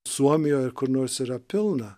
suomijoj kur nors yra pilna